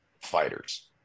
fighters